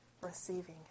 receiving